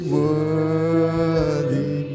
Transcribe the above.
worthy